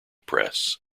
press